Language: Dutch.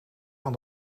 van